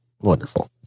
Wonderful